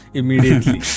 immediately